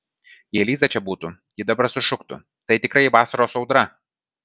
jei liza čia būtų ji dabar sušuktų tai tikra vasaros audra